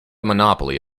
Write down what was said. monopoly